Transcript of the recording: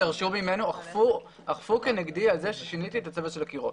מעסק שאכפו כנגדו על כך שהוא שינה את צבע הקירות.